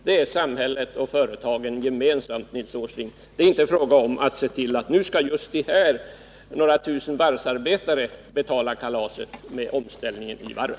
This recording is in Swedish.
Det är samhället och företagen gemensamt, Nils Åsling. Det är inte fråga om att nu skall just de här människorna, några tusen varvsarbetare, betala kalaset vid omställningen i varven.